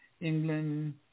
England